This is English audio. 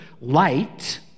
Light